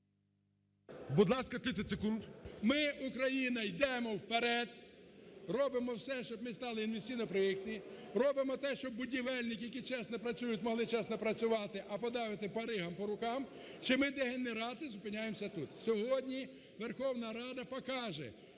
…ми, Україна, йдемо вперед, робимо все, щоб ми стали інвестиційно проектні, робимо те, щоб будівельники, які чесно працюють, могли чесно працювати, а надавати баригам по рукам, чи ми, дегенерати, зупиняємося тут. Сьогодні Верховна Рада покаже, хто є народним